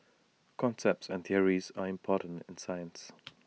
concepts and theories are important in science